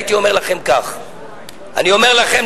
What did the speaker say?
הייתי אומר לכם כך: אני אומר לכם,